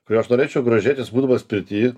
kuriuo aš norėčiau grožėtis būdamas pirty